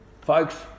folks